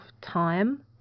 time